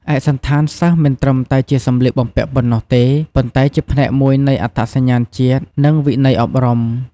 ឯកសណ្ឋានសិស្សមិនត្រឹមតែជាសម្លៀកបំពាក់ប៉ុណ្ណោះទេ ប៉ុន្តែជាផ្នែកមួយនៃអត្តសញ្ញាណជាតិ និងវិន័យអប់រំ។